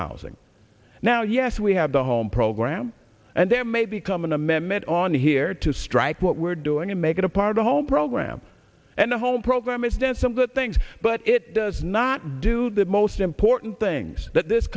housing now yes we have the home program and there may become an amendment on here to strike what we're doing and make it a part of home program and the home program is done some good things but it does not do the most important things that this